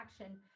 action